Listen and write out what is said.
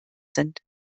sind